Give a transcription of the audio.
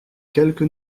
quelque